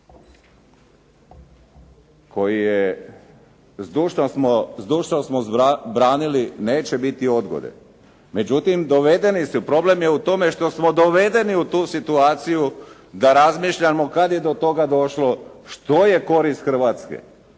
koji je, zdušno smo branili, neće biti odgode. Međutim, dovedeni su, problem je u tome što smo dovedeni u tu situaciju da razmišljamo kad je do toga došlo, što je korist Hrvatske?